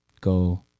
go